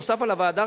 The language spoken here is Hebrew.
נוסף על הוועדה,